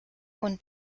und